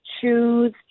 choose